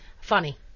Funny